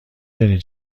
دانی